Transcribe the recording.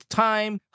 time